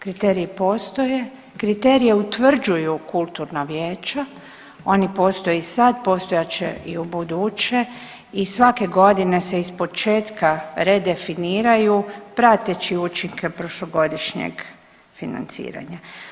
Kriteriji postoje, kriterije utvrđuju kulturna vijeća, oni postoje i sad, postojat će i u buduće i svake godine se ispočetka redefiniraju prateći učinke prošlogodišnjeg financiranja.